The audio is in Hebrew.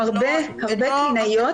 זה נכון אבל יש היום הרבה קלינאיות,